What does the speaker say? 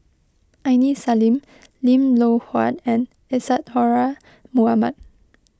Aini Salim Lim Loh Huat and Isadhora Mohamed